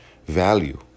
Value